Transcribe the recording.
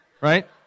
right